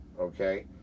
okay